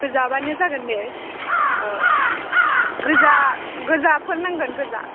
गोजाब्लानो जागोन दे औ गोजा गोजाफोर नांगोन गोजा